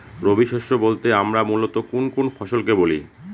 রবি শস্য বলতে আমরা মূলত কোন কোন ফসল কে বলি?